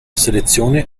selezione